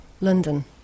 London